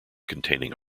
containing